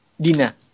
Dina